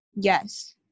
Yes